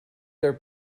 their